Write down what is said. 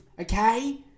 okay